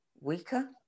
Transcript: weaker